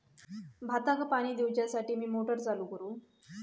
भाताक पाणी दिवच्यासाठी मी मोटर चालू करू?